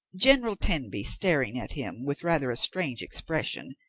general tenby, staring at him with rather a strange expression,